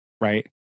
right